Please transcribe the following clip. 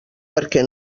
perquè